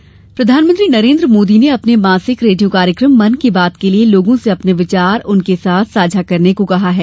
मन की बात प्रधानमंत्री नरेन्द्र मोदी ने अपने मासिक रेडियो कार्यक्रम मन की बात के लिए लोगों से अपने विचार उनके साथ साझा करने को कहा है